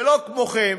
שלא כמוכם,